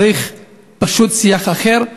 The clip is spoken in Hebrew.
צריך פשוט שיח אחר,